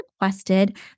requested